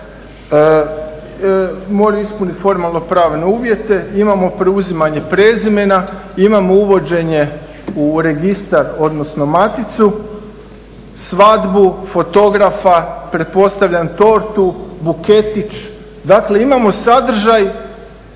moraju ispuniti formalno-pravne uvjete, imamo preuzimanje prezimena i imamo uvođenje u registar odnosno maticu, svadbu, fotografa, pretpostavljam tortu, buketić dakle imamo sadržaj